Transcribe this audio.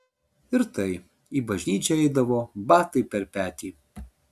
ir tai į bažnyčią eidavo batai per petį